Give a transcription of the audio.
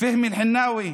פהמי חינאווי,